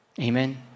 Amen